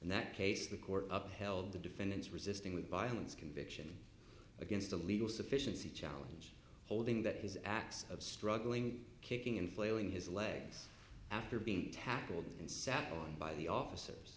in that case the court upheld the defendant's resisting with violence conviction against the legal sufficiency challenge holding that his acts of struggling kicking and flailing his legs after being tackled and sat on by the officers